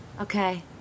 Okay